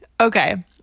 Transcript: Okay